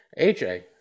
AJ